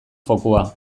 fokua